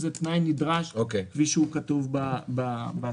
זה תנאי נדרש כפי שהוא כתוב בסעיף.